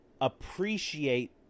appreciate